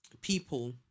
people